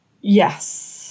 yes